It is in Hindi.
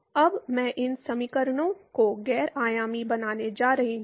अब मैं इन समीकरणों को गैर आयामी बनाने जा रहा हूँ